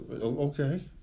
Okay